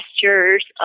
gestures